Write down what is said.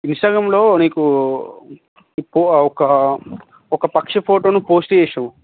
ఇంస్టాగ్రాములో నీకు ఇప్పుడు ఒక ఒక పక్షి ఫోటోని పోస్ట్ చేసినావు